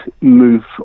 move